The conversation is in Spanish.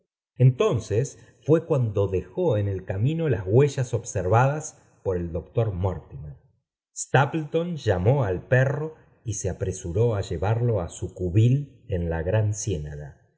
entonces fué cuando dejó en el camino las huellas observadas por el doctor mortimer stapleton llamó al perro y se apresuró á llevarlo á su cubil en la gran